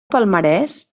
palmarès